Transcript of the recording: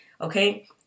Okay